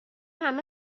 همه